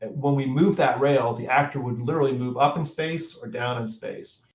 and when we moved that rail, the actor would literally move up in space or down in space.